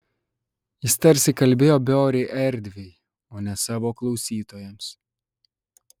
jis tarsi kalbėjo beorei erdvei o ne savo klausytojams